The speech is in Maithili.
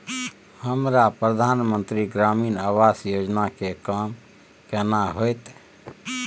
हमरा प्रधानमंत्री ग्रामीण आवास योजना के काम केना होतय?